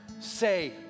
Say